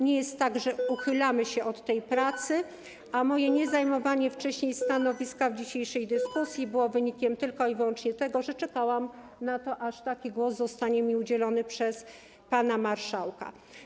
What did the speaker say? Nie jest tak, że uchylamy się od tej pracy, a moje niezajmowanie wcześniej stanowiska w dzisiejszej dyskusji było wynikiem tylko i wyłącznie tego, że czekałam na to, aż taki głos zostanie mi udzielony przez pana marszałka.